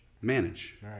manage